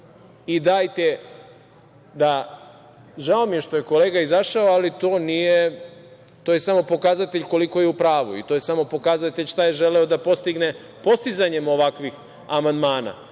da mu ospori. Žao mi je što je kolega izašao, ali to je samo pokazatelj koliko je u pravu, i to je samo pokazatelj šta je želeo da postigne postizanjem ovakvih amandmana,